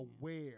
aware